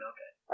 Okay